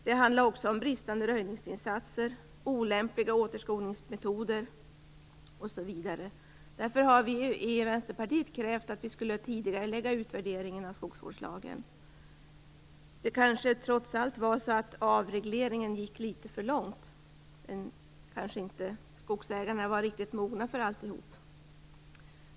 Det handlar också om bristande röjningsinsatser, olämpliga återbeskogningsmetoder osv. Därför har vi i Vänsterpartiet krävt att utvärderingen av skogsvårdslagen skall tidigareläggas. Det kanske trots allt var så att avregleringen gick litet för långt. Skogsägarna kanske inte var riktigt mogna för alltihop.